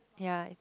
ya it's